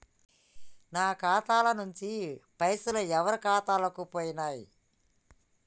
నా ఖాతా ల నుంచి పైసలు ఎవరు ఖాతాలకు పోయినయ్?